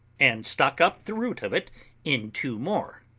and stock up the root of it in two more.